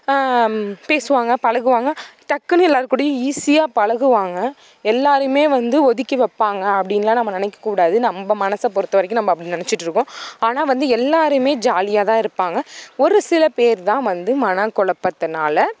பேசுவாங்க பழகுவாங்க டக்குன்னு எல்லார் கூடயும் ஈஸியாக பழகுவாங்க எல்லாரையுமே வந்து ஒதுக்கி வைப்பாங்க அப்படினுலாம் நம்ம நினைக்கக்கூடாது நம்ம மனசை பொறுத்த வரைக்கும் நம்ம அப்படி நினச்சிட்டு இருக்கோம் ஆனால் வந்து எல்லாருமே ஜாலியாக தான் இருப்பாங்க ஒரு சில பேர்தான் வந்து மனம் குலப்பத்துனால